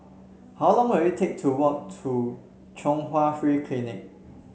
how long will it take to walk to Chung Hwa Free Clinic